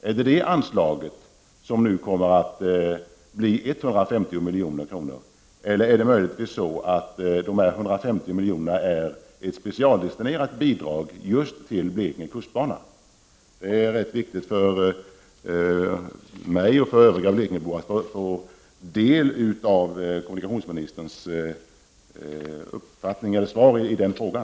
Är det detta anslag som nu kommer att bli 150 milj.kr., eller är det möjligtvis så att dessa 150 milj.kr. är ett specialdestinerat bidrag till just Blekinge kustbana? Det är rätt viktigt för mig och övriga blekingebor att få ta del av kommunikationsministerns uppfattning och svar på den frågan.